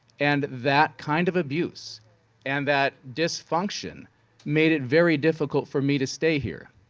and that kind of abuse and that dysfunction made it very difficult for me to stay here.